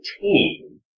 team